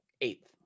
Eighth